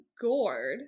gourd